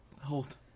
Hold